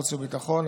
חוץ וביטחון,